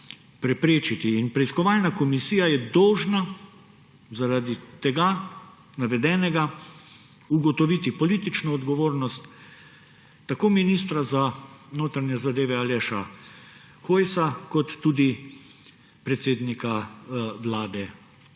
preiskovalna komisija je dolžna zaradi tega navedenega ugotoviti politično odgovornost tako ministra za notranje zadeve Aleša Hojsa kot tudi predsednika Vlade